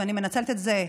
ואני מנצלת את זה,